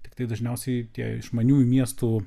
tiktai dažniausiai tie išmaniųjų miestų